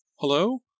Hello